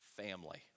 family